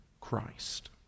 Christ